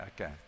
Okay